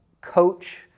coach